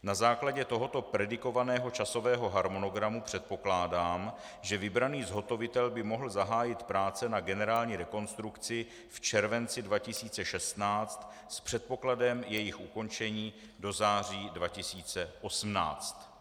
Na základě tohoto predikovaného časového harmonogramu předpokládám, že vybraný zhotovitel by mohl zahájit práce na generální rekonstrukci v červenci 2016 s předpokladem jejich ukončení do září 2018.